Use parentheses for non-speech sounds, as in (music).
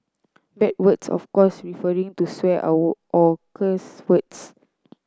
bad words of course referring to swear (unintelligible) or cuss words